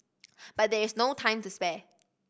but there is no time to spare